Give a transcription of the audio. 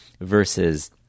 versus